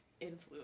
influence